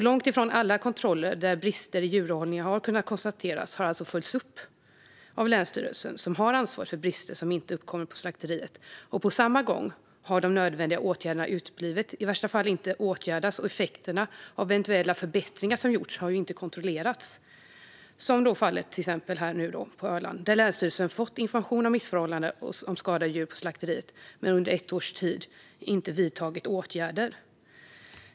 Långt ifrån alla kontroller där brister i djurhållningen har kunnat konstateras har alltså följts upp av länsstyrelsen, som har ansvaret för brister som inte uppkommer på slakteriet. På samma gång har de nödvändiga åtgärderna uteblivit, bristerna i värsta fall inte åtgärdats och effekterna av eventuella förbättringar som gjorts inte kontrollerats. Så är det nu i fallet på Öland, där länsstyrelsen har fått information om missförhållanden och skadade djur på slakteriet men under ett års tid inte vidtagit åtgärder.